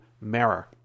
mirror